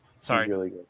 Sorry